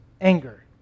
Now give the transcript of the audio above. anger